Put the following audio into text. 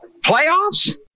playoffs